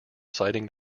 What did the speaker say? citing